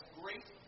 great